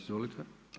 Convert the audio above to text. Izvolite.